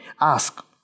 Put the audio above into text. ask